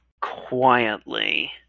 quietly